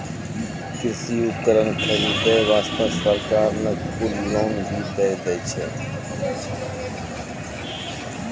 कृषि उपकरण खरीदै वास्तॅ सरकार न कुल लोन भी दै छै